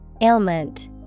Ailment